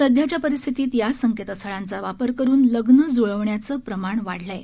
सध्याच्या परिस्थितीत या संकेतस्थळांचा वापर करून लग्न जुळवण्याचं प्रमाण वाढलं आहे